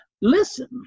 Listen